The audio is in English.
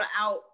out